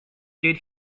did